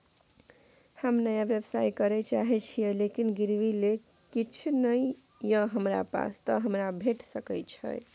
हम नया व्यवसाय करै चाहे छिये लेकिन गिरवी ले किछ नय ये हमरा पास त हमरा भेट सकै छै?